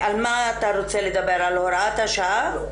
על מה אתה רוצה לדבר, על הוראת השעה?